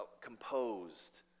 composed